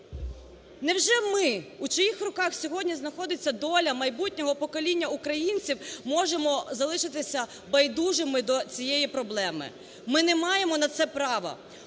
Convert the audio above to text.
Невже ми, у чиїх руках сьогодні знаходиться доля майбутнього покоління українців, можемо залишитися байдужими до цієї проблеми? Ми не маємо на це права.